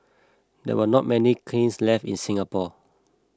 there are not many kilns left in Singapore